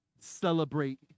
celebrate